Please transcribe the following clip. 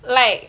like